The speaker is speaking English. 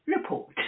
report